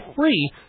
free